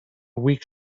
weak